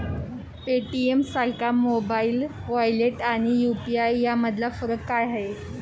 पेटीएमसारख्या mobile wallet आणि UPI यामधला फरक काय आहे?